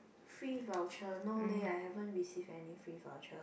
free voucher no leh I haven't receive any free voucher